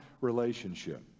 relationship